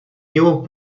new